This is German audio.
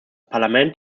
parlament